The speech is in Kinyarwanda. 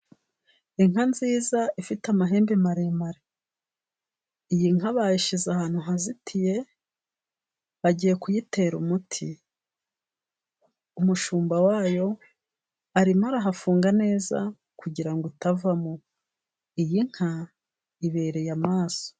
Inka nziza ifite amahembe maremare, iyi nka bayishyize ahantu hazitiye bagiye kuyitera umuti, umushumba wayo arimo arahafunga neza, kugira ngo itavamo. Iyi nka ibereye amaso.